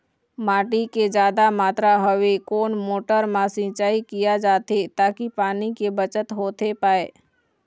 पानी के जादा मात्रा हवे कोन मोटर मा सिचाई किया जाथे ताकि पानी के बचत होथे पाए?